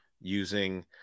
using